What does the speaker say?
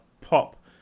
Pop